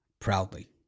Proudly